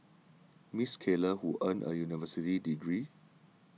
Miss Keller who earned a university degree